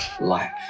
life